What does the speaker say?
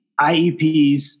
IEPs